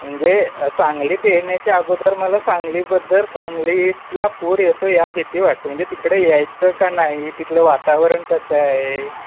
म्हणजे सांगलीत येण्याच्या अगोदर मला सांगलीबद्दल सांगलीला पूर येतो या भीती वाटतो म्हणजे तिकडे यायचं का नाही तिथलं वातावरण कसं आहे